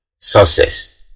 success